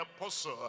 apostle